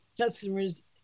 customers